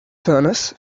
furnace